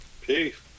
Peace